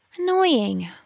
Annoying